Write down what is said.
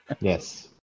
Yes